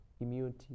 immunity